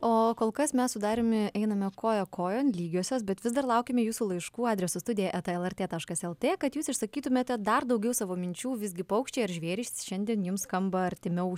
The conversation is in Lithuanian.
o kol kas mes su dariumi einame koja kojon lygiosios bet vis dar laukiame jūsų laiškų adresu studija eta el er tė taškas el tė kad jūs išsakytumėte dar daugiau savo minčių visgi paukščiai ar žvėrys šiandien jums skamba artimiau